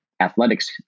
athletics